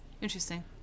Interesting